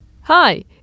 Hi